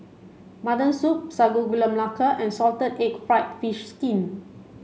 mutton soup Sago Gula Melaka and salted egg fried fish skin